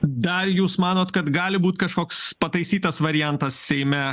dar jūs manot kad gali būt kažkoks pataisytas variantas seime